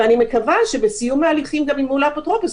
ואני מקווה שבסיום ההליכים מול האפוטרופוס,